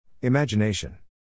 Imagination